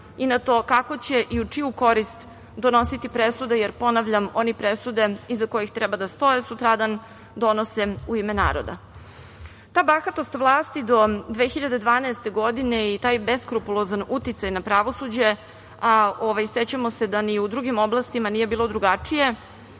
i na to kako će i u čiju korist donositi presude, jer ponavljam, oni presude iza kojih treba da stoje sutradan donose u ime naroda. Ta bahatost vlasti do 2012. godine i taj beskrupulozan uticaj na pravosuđe, a sećamo se da ni u drugim oblastima nije bilo drugačije,